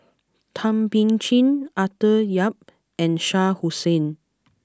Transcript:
Thum Ping Tjin Arthur Yap and Shah Hussain